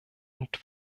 und